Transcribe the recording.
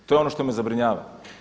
To je ono što me zabrinjava.